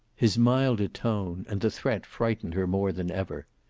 his milder tone and the threat frightened her more than ever.